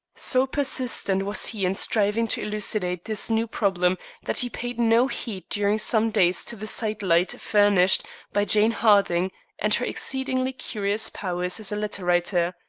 so persistent was he in striving to elucidate this new problem that he paid no heed during some days to the side-light furnished by jane harding and her exceedingly curious powers as a letter-writer.